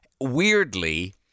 weirdly